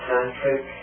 Patrick